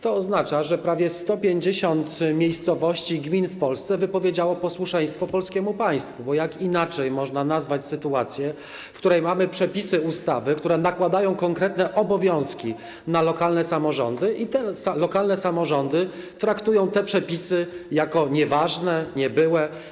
To oznacza, że prawie 150 miejscowości i gmin w Polsce wypowiedziało posłuszeństwo polskiemu państwu, bo jak inaczej można nazwać sytuację, w której mamy przepisy ustawy, które nakładają konkretne obowiązki na lokalne samorządy, i te lokalne samorządy traktują te przepisy jako nieważne, niebyłe.